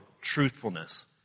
truthfulness